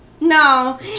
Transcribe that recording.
No